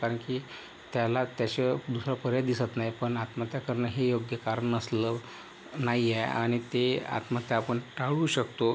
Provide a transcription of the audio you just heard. कारण की त्याला त्याशिवाय दुसरा पर्याय दिसत नाही पण आत्महत्या करणं हे योग्य कारण नसलं नाही आहे आणि ते आत्महत्या आपण टाळू शकतो